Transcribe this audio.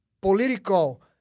political